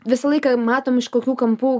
visą laiką matom iš kokių kampų